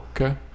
Okay